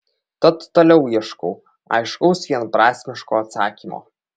tad toliau ieškau aiškaus vienprasmiško atsakymo